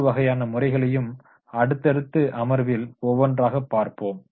ஆறு வகையான முறைகளையும் அடுத்து அடுத்து அமர்வில் ஒவ்வொன்றாக பார்ப்போம்